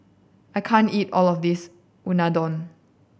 I can't eat all of this Unadon